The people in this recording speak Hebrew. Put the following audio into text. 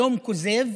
שלום כוזב